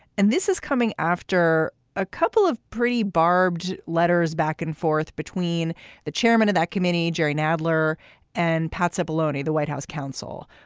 and this is coming after a couple of pretty barbed letters back and forth between the chairman of that committee, jerry nadler and patsy boloney, the white house counsel.